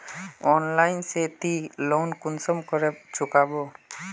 Online से ती loan कुंसम करे चुकाबो?